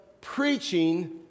preaching